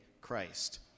Christ